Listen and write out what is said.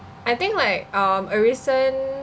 I think like um a recent